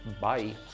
Bye